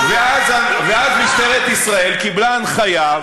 ואז משטרת ישראל קיבלה הנחיה,